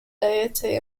deity